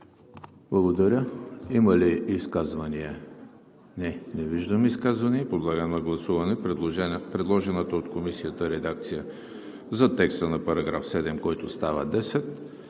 Благодаря. Има ли изказвания? Не виждам изказвания. Подлагам на гласуване предложената от Комисията редакция за текста на § 7, който става §